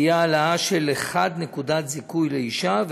תהיה העלאה של 1 נקודת זיכוי לאישה,